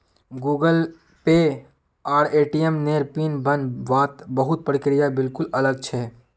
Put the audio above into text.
Google Pay आर ATM नेर PIN बन वात बहुत प्रक्रिया बिल्कुल अलग छे